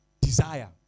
desire